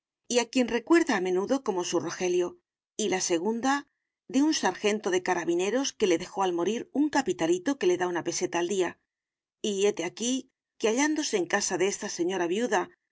a quien recuerda a menudo como su rogelio y la segunda de un sargento de carabineros que le dejó al morir un capitalito que le da una peseta al día y hete aquí que hallándose en casa de esta señora viuda